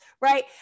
Right